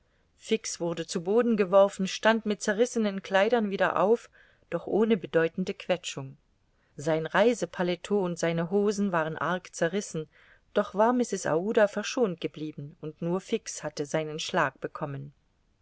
wurde zu boden geworfen stand mit zerrissenen kleidern wieder auf doch ohne bedeutende quetschung sein reisepaletot und seine hosen waren arg zerissen doch war mrs aouda verschont geblieben und nur fix hatte seinen schlag bekommen